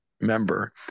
member